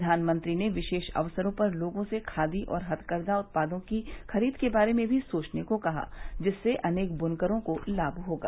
प्रधानमंत्री ने विशेष अवसरों पर लोगों से खादी और हथकरषा उत्पादों की खरीद के बारे में भी सोचने को कहा जिससे अनेक बुनकरों को लाम होगा